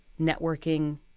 networking